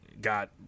got